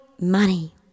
money